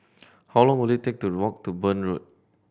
how long will it take to walk to Burn Road